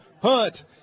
Hunt